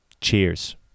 Cheers